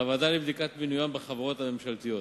והוועדה לבדיקת מינוין בחברות הממשלתיות.